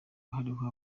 hariho